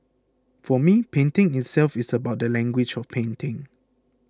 for me painting itself is about the language of painting